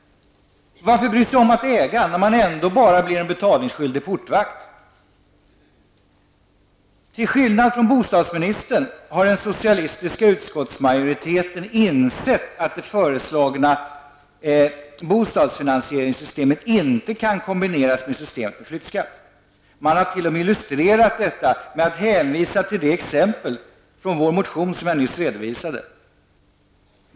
Varför bry sig om att äga, när man ändå bara blir en betalningsskyldig portvakt? Till skillnad från bostadsministern har den socialistiska utskottsmajoriteten insett att det föreslagna bostadsfinansieringssystemet inte kan kombineras med systemet med flyttskatt. Man har t.o.m. illustrerat detta med att hänvisa till det exempel från vår motion som jag nyss redovisade.